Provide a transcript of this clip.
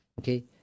Okay